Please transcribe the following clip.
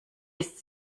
ist